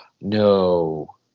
No